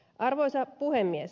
arvoisa puhemies